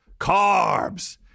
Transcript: Carbs